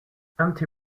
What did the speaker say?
empty